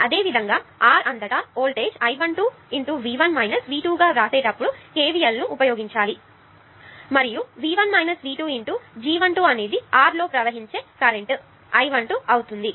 అదేవిధంగా R అంతా voltage I1 2 V1 V2 గా వ్రాసేటప్పుడు KVL ను ఉపయోగించాలి మరియు V1 V2 ×G12 అనేది R లో ప్రవహించే కరెంటు i12 అవుతుంది